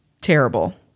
Terrible